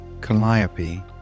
Calliope